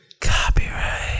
Copyright